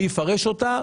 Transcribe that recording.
מי יפרש אותה?